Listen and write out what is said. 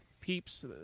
Peeps—